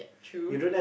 true true